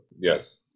Yes